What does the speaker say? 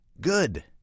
good